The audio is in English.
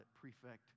prefect